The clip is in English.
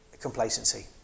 complacency